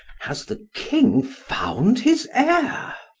has the king found his heir?